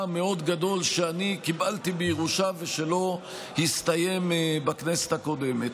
המאוד-גדול שאני קיבלתי בירושה ושלא הסתיים בכנסת הקודמת.